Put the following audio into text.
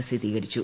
പ്രസിദ്ധീകരിച്ചു